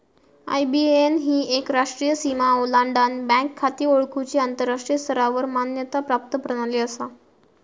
IBAN ही एक राष्ट्रीय सीमा ओलांडान बँक खाती ओळखुची आंतराष्ट्रीय स्तरावर मान्यता प्राप्त प्रणाली असा